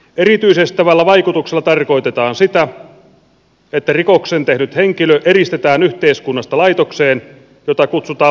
erityisestävällä vaikutuksella tarkoitetaan sitä että rikoksen tehnyt henkilö eristetään yhteiskunnasta laitokseen jota kutsutaan vankilaksi